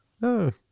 No